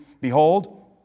Behold